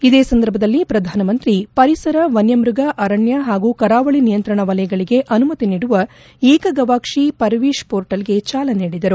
ಇದೇ ಸಂದರ್ಭದಲ್ಲಿ ಪ್ರಧಾನಮಂತ್ರಿ ಪರಿಸರ ವನ್ನಮ್ನಗ ಅರಣ್ಯ ಹಾಗೂ ಕರಾವಳಿ ನಿಯಂತ್ರಣ ವಲಯಗಳಿಗೆ ಅನುಮತಿ ನೀಡುವ ಏಕಗವಾಕ್ಷಿ ಪರಿವೀತ್ ಪೋರ್ಟಲ್ಗೆ ಚಾಲನೆ ನೀಡಿದರು